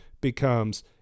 becomes